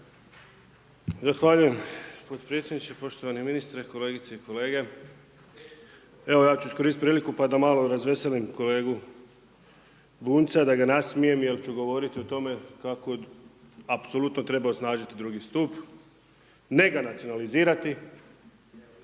Zahvaljujem potpredsjedniče, poštovani ministre, kolegice i kolege. Evo ja ću iskoristit priliku pa da malo razveselim kolegu Bunjca, da ga nasmijem jer ću govorit o tome kako apsolutno treba osnažiti drugi stup, ne ga nacionalizirati i dati državi